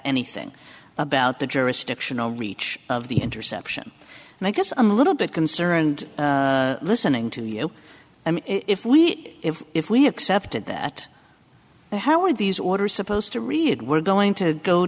anything about the jurisdictional reach of the interception and i guess i'm a little bit concerned listening to you i mean if we if if we accepted that how are these orders supposed to read we're going to go